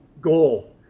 goal